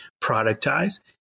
productize